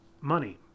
money